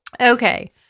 Okay